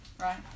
right